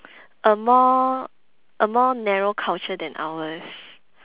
a more a more narrow culture then ours